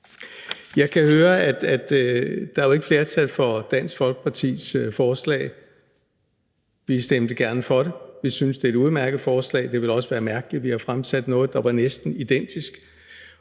Jeg kan høre, at der ikke er flertal for Dansk Folkepartis forslag. Vi stemte gerne for det – vi synes, det er et udmærket forslag – og det ville også være mærkeligt andet, for vi har fremsat noget, der var næsten identisk.